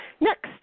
Next